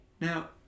Now